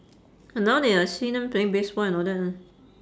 now they I see them playing baseball and all that leh